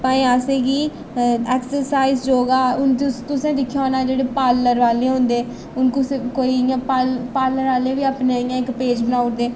भांए असें गी exercise yoga हून तुस तुसें दिक्खेआ होना जेह्ड़े पार्लर वाले होंदे हून कुसै कोई इ'यां पार्लर आह्ले बी अपने इ'यां इक पेज बनाई ओड़दे